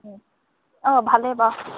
অঁ ভালেই বাৰু